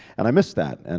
and i miss that. and